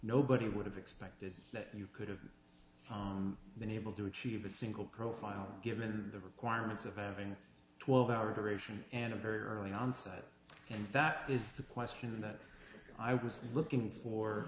nobody would have expected that you could have been able to achieve a single profile given the requirements of them having twelve hours a ration and a very early onset and that is the question that i was looking for